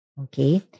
Okay